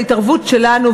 ההתערבות שלנו,